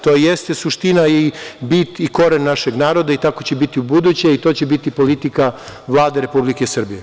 To jeste suština i bit i koren našeg naroda i tako će biti ubuduće i to će biti politika Vlade Republike Srbije.